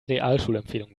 realschulempfehlung